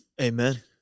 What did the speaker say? Amen